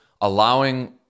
allowing